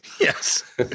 yes